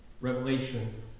Revelation